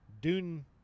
Dune